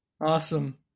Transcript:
awesome